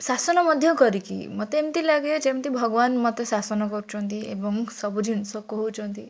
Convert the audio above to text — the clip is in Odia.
ଶାସନ ମଧ୍ୟ କରିକି ମୋତେ ଏମିତି ଲାଗେ ଯେମିତି ଭଗବାନ ମୋତେ ଶାସନ କରୁଛନ୍ତି ଏବଂ ସବୁ ଜିନିଷ କହୁଛନ୍ତି